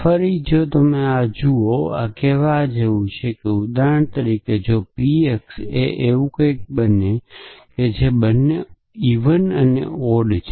ફરી જો તમે આ જુઓ આ કહેવા જેવું છે ઉદાહરણ તરીકે જો px એ એવું કંઈક છે જે બંને ઈવન અને ઓડ છે